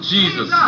Jesus